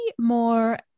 more